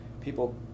people